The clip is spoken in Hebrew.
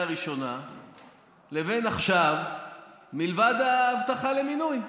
הראשונה לבין עכשיו מלבד ההבטחה למינוי.